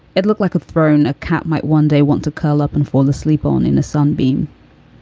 it looked like a throne. a cap might one day want to curl up and fall asleep on in a sunbeam.